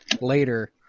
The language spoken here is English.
later